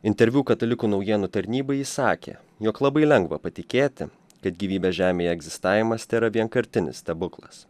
interviu katalikų naujienų tarnybai jis sakė jog labai lengva patikėti kad gyvybės žemėje egzistavimas tėra vienkartinis stebuklas